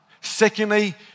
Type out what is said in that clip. Secondly